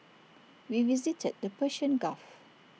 we visited the Persian gulf